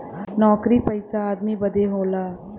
नउकरी पइसा आदमी बदे होला